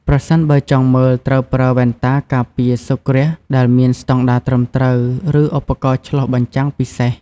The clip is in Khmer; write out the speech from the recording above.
ប្រសិនបើចង់មើល ត្រូវប្រើ វ៉ែនតាការពារសូរ្យគ្រាស ដែលមានស្តង់ដារត្រឹមត្រូវ ឬឧបករណ៍ឆ្លុះបញ្ចាំងពិសេស ។